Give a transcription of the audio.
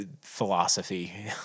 philosophy